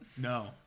No